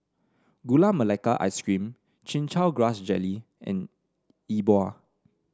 Gula Melaka Ice Cream Chin Chow Grass Jelly and Yi Bua